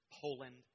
Poland